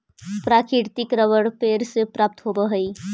प्राकृतिक रबर पेड़ से प्राप्त होवऽ हइ